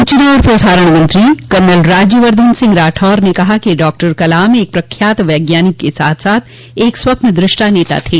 सूचना और प्रसारण मंत्री कर्नल राज्यवद्वन सिंह राठौड़ ने कहा कि डॉक्टर कलाम एक प्रख्यात वज्ञानिक के साथ साथ एक स्वप्नदृष्ट नेता थे